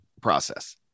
process